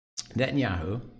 Netanyahu